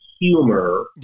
humor